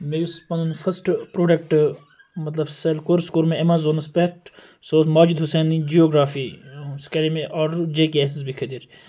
مےٚ یُس پَنُن فٔسٹہٕ پروڈَکٹہٕ مَطلَب سیٚل کوٚر سُہ کوٚر مےٚ اَمیزانَس پیٚٹھ سُہ ٲس ماجِد حُسینِن جیوگرافی سُہ کَرے مےٚ order J K S S B خٲطرٕ